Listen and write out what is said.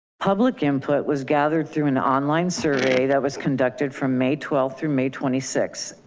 public input was gathered through an online survey that was conducted from may twelve, through may twenty six,